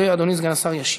ואדוני סגן השר ישיב.